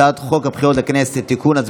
הצעת חוק הבחירות לכנסת (תיקון,